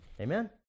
Amen